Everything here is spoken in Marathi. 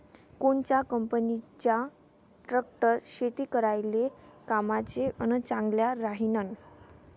कोनच्या कंपनीचा ट्रॅक्टर शेती करायले कामाचे अन चांगला राहीनं?